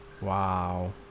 Wow